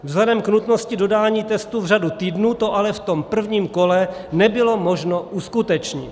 Vzhledem k nutnosti dodání testů v řádu týdnů to ale v prvním kole nebylo možno uskutečnit.